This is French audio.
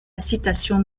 citation